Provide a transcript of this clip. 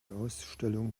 ausstellung